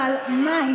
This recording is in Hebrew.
שעון.